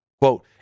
Quote